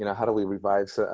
you know how do we revise,